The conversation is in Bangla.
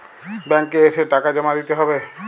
ব্যাঙ্ক এ এসে টাকা জমা দিতে হবে?